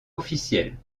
officiel